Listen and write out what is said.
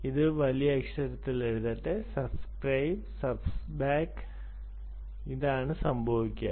ഇതിനെ എഴുതട്ടെ SUBSCRIBE SUBBACK ഇതാണ് സംഭവിക്കുക